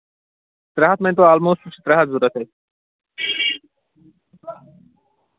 ترٛےٚ ہَتھ مٲنۍتو آل موسٹ ترٛےٚ ہَتھ کوٗتاہ گوٚو